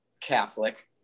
Catholic